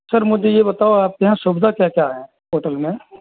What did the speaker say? sir मुझे ये बताओ आपके यहाँ सुविधा क्या क्या हैं होटल में